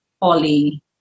poly